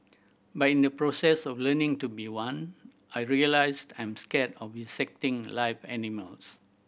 but in the process of learning to be one I realised I'm scared of dissecting live animals